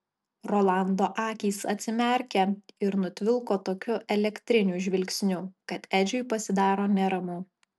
rolando akys atsimerkia ir nutvilko tokiu elektriniu žvilgsniu kad edžiui pasidaro neramu